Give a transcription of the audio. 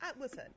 Listen